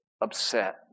upset